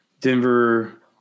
Denver